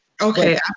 Okay